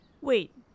Wait